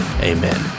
amen